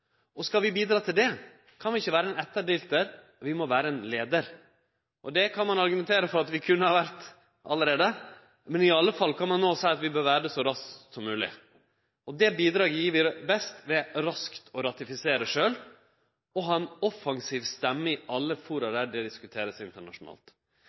Skal vi bidra til det, kan vi ikkje vere ein etterdiltar, vi må vere ein leiar. Det kan ein argumentere for at vi kunne ha vore allereie, men iallfall kan ein no seie at vi bør vere det så raskt som mogleg. Det bidraget gjev vi best ved raskt å ratifisere sjølve og ha ei offensiv stemme i alle